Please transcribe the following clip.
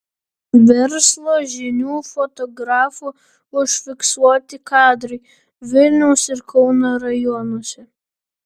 verslo žinių fotografų užfiksuoti kadrai vilniaus ir kauno rajonuose